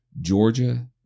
Georgia